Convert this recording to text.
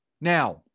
Now